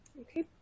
Okay